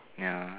ya